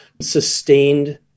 sustained